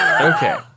Okay